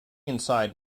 inside